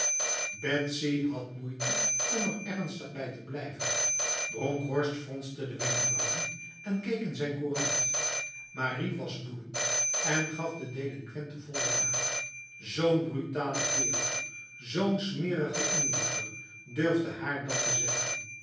betsy had moeite om er ernstig bij te blijven bronkhorst fronste de wenkbrauwen en keek in zijn courant marie was woedend en gaf de delinquent de volle laag zo'n brutale kerel zo'n smerige inlander durfde haar dat te zeggen